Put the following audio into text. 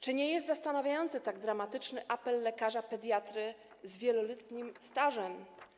Czy nie jest zastanawiający tak dramatyczny apel lekarza pediatry z wieloletnim stażem?